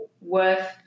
worth